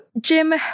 Jim